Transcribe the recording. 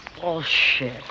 Bullshit